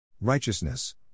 Righteousness